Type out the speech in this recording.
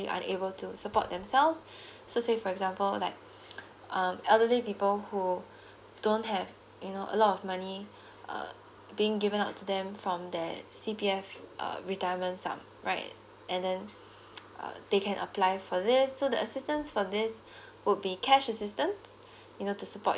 unable support themselves so say for example like um elderly people who don't have you know a lot of money uh being given out to them from that C_P_F uh retirement sum right and then uh they can apply for this so the assistance for this would be cash assistance you know to support your